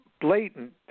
blatant